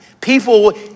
people